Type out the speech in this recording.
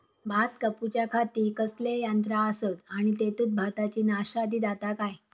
भात कापूच्या खाती कसले यांत्रा आसत आणि तेतुत भाताची नाशादी जाता काय?